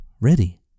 Ready